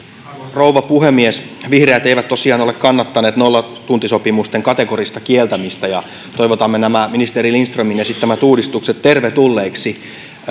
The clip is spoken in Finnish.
rouva puhemies vihreät eivät tosiaan ole kannattaneet nollatuntisopimusten kategorista kieltämistä ja toivotamme nämä ministeri lindströmin esittämät uudistukset tervetulleiksi